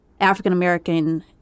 African-American